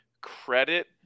credit